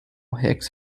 hicks